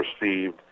received